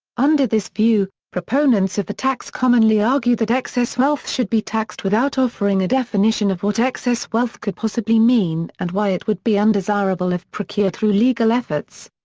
under this view, proponents of the tax commonly argue that excess wealth should be taxed without offering a definition of what excess wealth could possibly mean and why it would be undesirable if procured through legal efforts.